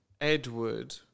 Edward